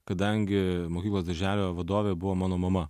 kadangi mokyklos darželio vadovė buvo mano mama